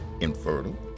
infertile